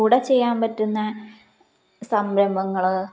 കൂടെ ചെയ്യാൻ പറ്റുന്ന സംരംഭങ്ങള്